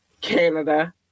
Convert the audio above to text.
Canada